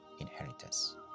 inheritance